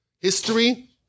history